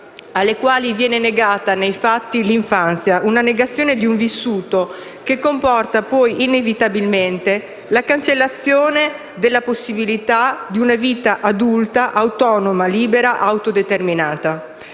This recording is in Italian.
alle quali viene negata nei fatti l'infanzia; la negazione di un vissuto che comporta inevitabilmente la cancellazione della possibilità di una vita adulta autonoma, libera e autodeterminata.